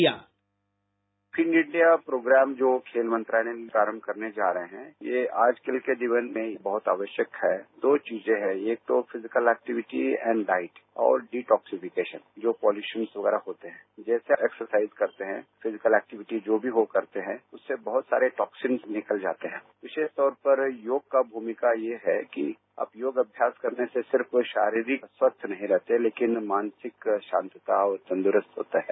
sound bite fit India programme जो खेल मंत्रालय आरंभ करने जा रहे है ये आजकल के जीवन में बहुत आवश्यक है दो चीजें है एक तो फिजिकल एक्टीविटी एण्ड डाइट और डीटाक्सीफिकेशन जो पल्यूशन वगैरह होते हैं जैसे फिजिकल एक्टीविटी जो भी वो करते है उससे बहुत सारे टॉक्सिन निकल जाते है विशेषतौर पर योग का भूमिका यह है कि आप योग अभ्यास करने से आप सिर्फ शॉरीरिक स्वस्थ नहीं रहते लेकिन मानसिक शांति तंदुरस्त होता है